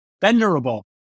Venerable